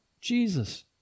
Jesus